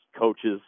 coaches